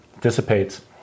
dissipates